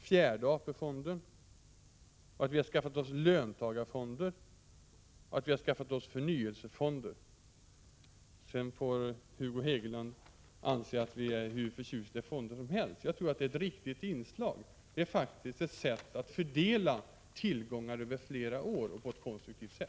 fjärde AP-fonden, löntagarfonder och förnyelsefonder. Hur mycket Hugo Hegeland än må anse att vi är förtjusta i fonder tror jag att dessa har ett berättigande. Att använda sådana är faktiskt ett konstruktivt sätt att fördela utnyttjandet av tillgångar över flera år.